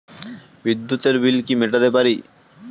বিদ্যুতের বিল কি মেটাতে পারি?